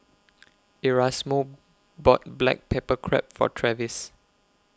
Erasmo bought Black Pepper Crab For Travis